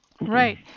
Right